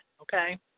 okay